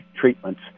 treatments